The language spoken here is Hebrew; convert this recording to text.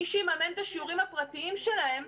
מי שיממן את השיעורים הפרטיים שלהם,